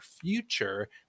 future